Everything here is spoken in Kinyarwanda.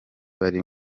bari